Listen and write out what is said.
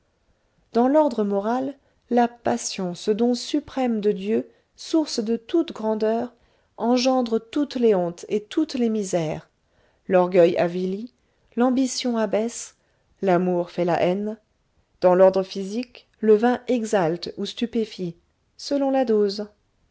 dans l'ordre moral la passion ce don suprême de dieu source de toute grandeur engendre toutes les hontes et toutes les misères l'orgueil avilit l'ambition abaisse l'amour fait la haine dans l'ordre physique le vin exalte ou stupéfie selon la dose